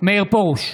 מאיר פרוש,